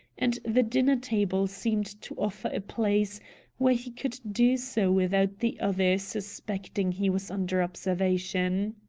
and the dinner-table seemed to offer a place where he could do so without the other suspecting he was under observation.